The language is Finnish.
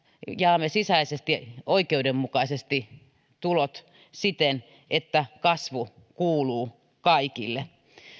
jaamme sisäisesti oikeudenmukaisesti tulot siten että kasvu kuuluu kaikille